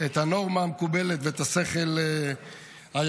את הנורמה המקובלת ואת השכל הישר.